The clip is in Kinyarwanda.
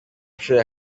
nshuro